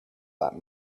that